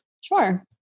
Sure